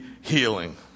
healing